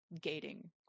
gating